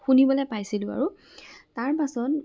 শুনিবলৈ পাইছিলোঁ আৰু তাৰ পাছত